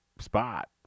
spot